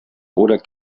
oder